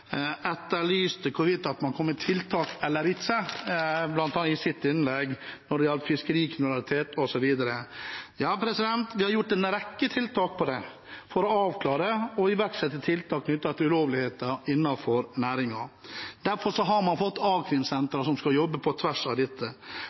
etterlyste i sitt innlegg hvorvidt man kommer med tiltak eller ikke når det gjelder fiskerikriminalitet osv. Ja, vi har gjort en rekke tiltak for å avklare og iverksette tiltak knyttet til ulovligheter innenfor næringen. Derfor har man fått